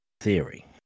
theory